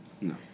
No